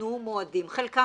ניתנו מועדים, חלקם